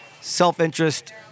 Self-interest